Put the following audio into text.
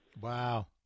Wow